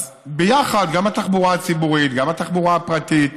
אז יחד, גם התחבורה הציבורית, גם התחבורה הפרטית,